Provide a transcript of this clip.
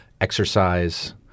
exercise